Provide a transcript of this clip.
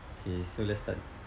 okay so let's start